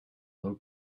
low